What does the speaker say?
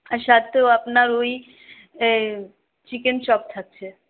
আর সাথেও আপনার ওই চিকেন চপ থাকছে